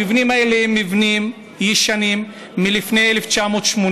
המבנים האלה הם מבנים ישנים, מלפני 1980,